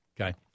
okay